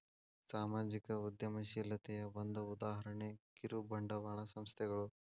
ಸಾಮಾಜಿಕ ಉದ್ಯಮಶೇಲತೆಯ ಒಂದ ಉದಾಹರಣೆ ಕಿರುಬಂಡವಾಳ ಸಂಸ್ಥೆಗಳು